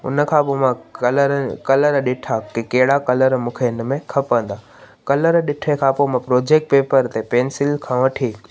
उनखां पोइ मां कलर कलर ॾिठा कि कहिड़ा कलर मूंखे इनमें खपंदा कलर ॾिठे खां पोइ मां प्रोजेक्ट पेपर ते पेंसिल खां वठी